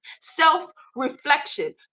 self-reflection